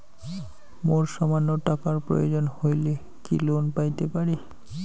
মোর সামান্য টাকার প্রয়োজন হইলে কি লোন পাইতে পারি?